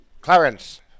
Clarence